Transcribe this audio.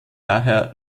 daher